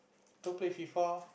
don't play FIFA